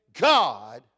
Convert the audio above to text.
God